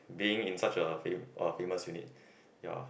being in such a fam~ a famous unit ya